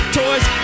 toys